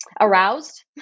aroused